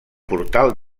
portal